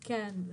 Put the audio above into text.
כן.